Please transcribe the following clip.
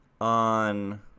on